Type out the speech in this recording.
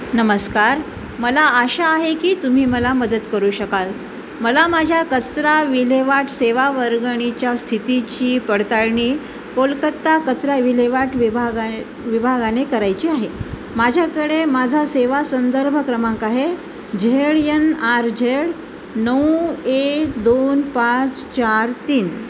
नमस्कार मला आशा आहे की तुम्ही मला मदत करू शकाल मला माझ्या कचरा विल्हेवाट सेवा वर्गणीच्या स्थितीची पडताळणी कोलकत्ता कचरा विल्हेवाट विभागाय विभागाने करायची आहे माझ्याकडे माझा सेवा संदर्भ क्रमांक आहे झेड यन आर झेड नऊ एक दोन पाच चार तीन